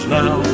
now